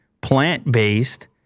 plant-based